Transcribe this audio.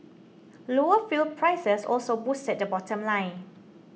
lower fuel prices also boosted the bottom line